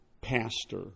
pastor